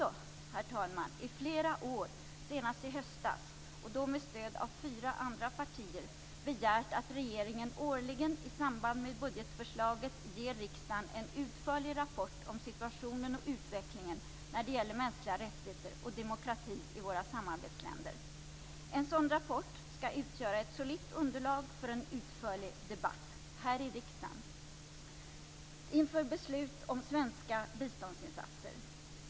Vi har också i flera år - senast i höstas, och då med stöd av fyra andra partier - begärt att regeringen årligen i samband med budgetförslaget ger riksdagen en utförlig rapport om situationen och utvecklingen när det gäller mänskliga rättigheter och demokrati i våra samarbetsländer. En sådan rapport skall utgöra ett solitt underlag för en utförlig debatt här i riksdagen inför beslut om svenska biståndsinsatser.